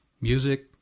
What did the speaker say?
music